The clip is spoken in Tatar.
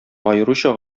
аеруча